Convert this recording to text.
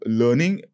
learning